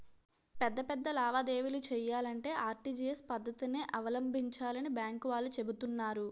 పెద్ద పెద్ద లావాదేవీలు చెయ్యాలంటే ఆర్.టి.జి.ఎస్ పద్దతినే అవలంబించాలని బాంకు వాళ్ళు చెబుతున్నారు